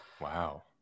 Wow